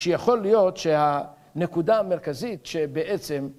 שיכול להיות שהנקודה המרכזית שבעצם...